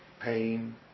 Pain